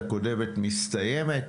הקודמת מסתיימת,